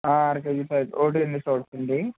అర కేజీ అండి